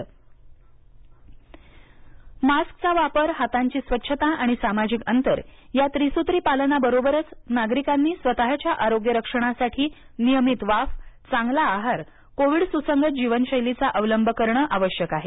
steam सप्ताह मास्कचा वापर हातांची स्वच्छता आणि सामाजिक अंतर या त्रिसूत्रीपालनाबरोबरच नागरिकांनी स्वतच्या आरोग्य रक्षणासाठी नियमित वाफ चांगला आहार कोविड सुसंगत जीवनशैलीचा अवलब करण आवश्यक आहे